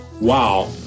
wow